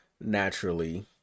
naturally